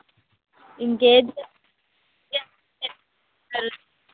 ఇంకా ఏది ఉల్లిపాయలు